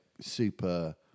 super